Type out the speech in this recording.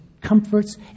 comforts